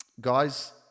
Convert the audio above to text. Guys